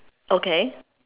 okay